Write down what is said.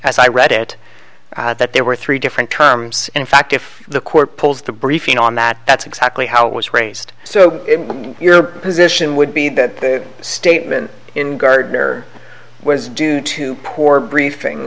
as i read it that there were three different times in fact if the court pulls the briefing on that that's exactly how it was raised so your position would be that the statement in gardner was due to poor briefing